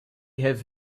have